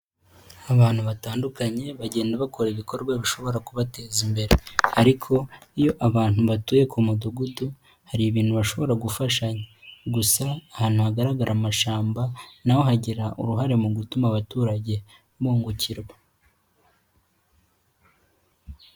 Abantu batandukanye bagenda bakora ibikorwa bishobora kubateza imbere, ariko iyo abantu batuye ku mudugudu hari ibintu bashobora gufa, gusa ahantu hagaragara amashyamba naho hagira uruhare mu gutuma abaturage bungukirwa.